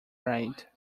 ride